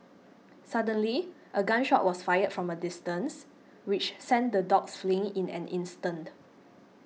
suddenly a gun shot was fired from a distance which sent the dogs fleeing in an instant